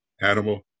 animal